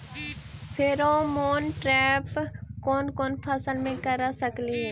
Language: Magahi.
फेरोमोन ट्रैप कोन कोन फसल मे कर सकली हे?